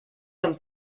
comme